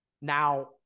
Now